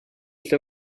lle